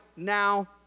now